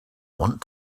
want